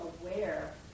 aware